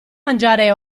mangiare